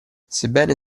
sebbene